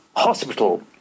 Hospital